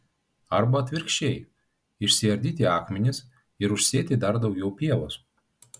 arba atvirkščiai išsiardyti akmenis ir užsėti dar daugiau pievos